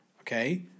okay